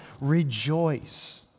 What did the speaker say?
rejoice